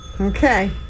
Okay